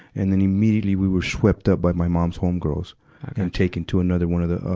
and then immediately, we were swept up by my mom's homegirls and taken to another one of the,